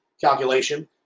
calculation